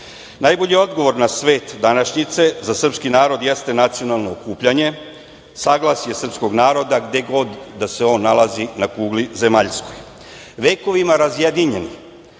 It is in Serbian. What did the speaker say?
stanje. Najbolji odgovor na svet današnjice za srpski narod jeste nacionalno okupljanje, saglasje srpskog naroda gde god da se nalazi na kugli zemaljskoj. Vekovima razjedinjeni,